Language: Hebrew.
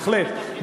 עברת את